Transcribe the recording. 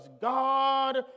God